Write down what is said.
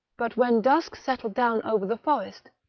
but when dusk settled down over the forest,